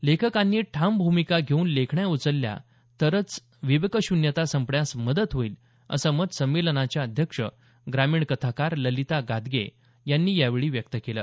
लेखकांनी ठाम भूमिका घेऊन लेखण्या उचलल्या तरच विवेकशून्यता संपण्यास मदत होईल असं मत संमेलनाच्या अध्यक्ष ग्रामीण कथाकार ललिता गादगे यांनी यावेळी व्यक्त केलं